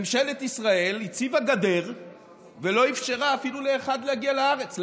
ממשלת ישראל הציבה גדר ולא אפשרה אפילו לאחד להגיע לארץ.